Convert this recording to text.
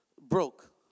broke